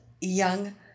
young